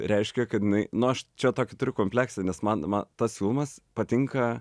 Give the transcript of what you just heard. reiškia kad jinai nu aš čia tokį turiu kompleksą nes man ma tas filmas patinka